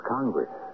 Congress